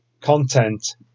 content